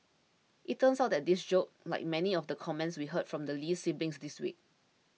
it turns out that this joke like many of the comments we heard from the Lee siblings this week